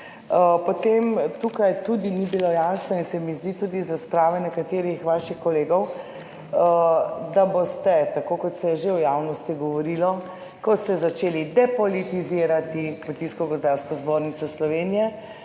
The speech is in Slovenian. Potem tukaj tudi ni bilo jasno in se mi zdi tudi iz razprave nekaterih vaših kolegov, da boste, tako kot se je že v javnosti govorilo, ko ste začeli depolitizirati Kmetijsko gozdarsko zbornico Slovenije,